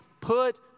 Put